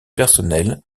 personnelle